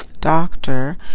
doctor